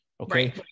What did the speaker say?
okay